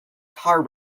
car